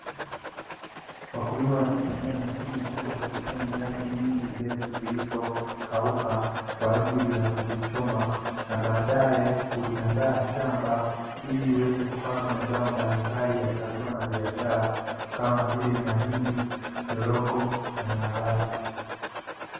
Wakulima wakitumia mashine kubwa kukusanya nyasi nyingi ndefu zilizokauka kwa ajili ya kuzichoma na baadaye kuliandaa shamba ili iweze kupandwa mazao mbalimbali ya chakula na biashara kama vile mahindi choroko na maharage.